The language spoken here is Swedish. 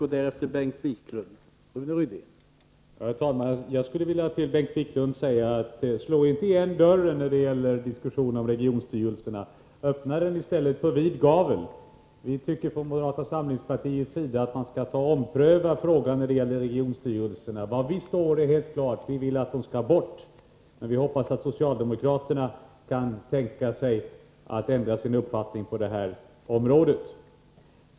Herr talman! Jag skulle till Bengt Wiklund vilja säga: Slå inte igen dörren när det gäller diskussionen om regionstyrelserna, utan öppna den i stället på vid gavel! Vi tycker från moderata samlingspartiets sida att man skall ompröva frågan om regionstyrelserna. Var vi står är helt klart: vi vill att de skall bort. Men vi hoppas att socialdemokraterna kan tänka sig att ändra sin uppfattning på det här området.